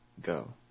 go